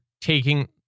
taking